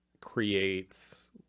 creates